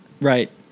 Right